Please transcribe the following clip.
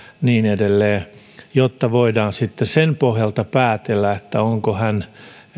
niin edelleen jotta voidaan sitten sen pohjalta päätellä onko hän